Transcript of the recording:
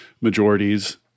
majorities